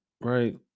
right